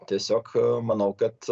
tiesiog manau kad